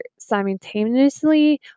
simultaneously